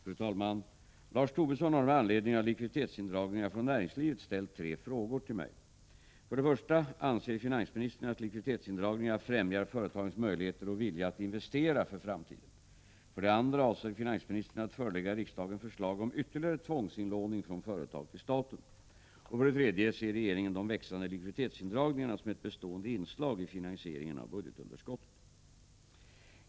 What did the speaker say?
Fru talman! Lars Tobisson har med anledning av likviditetsindragningarna från näringslivet ställt tre frågor till mig. 1. Anser finansministern att likviditetsindragningar främjar företagens möjligheter och vilja att investera för framtiden? 2. Avser finansministern att förelägga riksdagen förslag om ytterligare tvångsinlåning från företag till staten? 3. Ser regeringen de växande likviditetsindragningarna som ett bestående inslag i finansieringen av budgetunderskottet?